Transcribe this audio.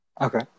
Okay